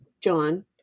John